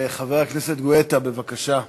חבר הכנסת גואטה, בבקשה.